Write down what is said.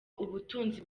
ubutunzi